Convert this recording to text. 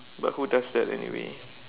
but who does that anyway